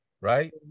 right